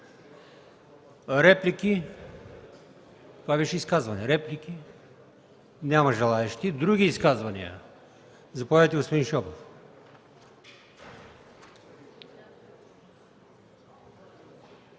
ИМАМОВ: Това беше изказване. Реплики? Няма желаещи. Други изказвания? Заповядайте, господин Шопов.